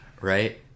right